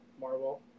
marvel